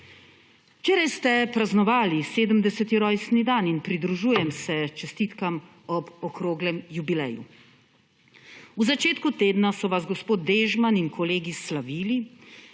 Včeraj ste praznovali 70. rojstni dan in pridružujem se čestitkam ob okroglem jubileju. V začetku tedna so vas gospod Dežman in kolegi slavili,